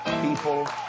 people